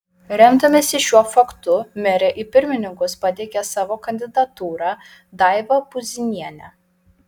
remdamasi šiuo faktu merė į pirmininkus pateikė savo kandidatūrą daivą puzinienę